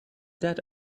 that